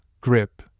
grip